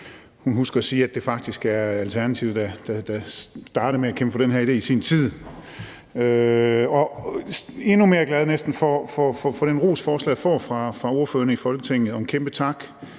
husker at sige, at det faktisk er Alternativet, der startede med at kæmpe for den her idé i sin tid, og endnu mere glad for den ros, som forslaget får fra ordførerne i Folketinget – og en kæmpe tak